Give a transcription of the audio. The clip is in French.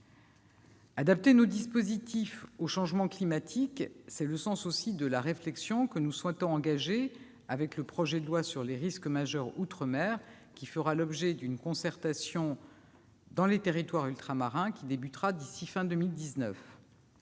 Adapter nos dispositifs au changement climatique, c'est aussi le sens de la réflexion que nous souhaitons engager avec le projet de loi sur les risques majeurs outre-mer ; celui-ci fera l'objet d'une concertation dans les territoires ultramarins, qui commencera d'ici à la